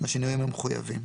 בשינויים המחויבים.